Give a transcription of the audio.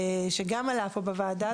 שגם עלה פה בוועדה,